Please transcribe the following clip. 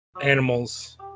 animals